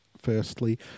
Firstly